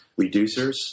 reducers